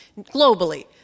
globally